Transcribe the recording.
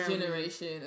generation